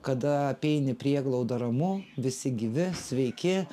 kada apeini prieglaudą ramu visi gyvi sveiki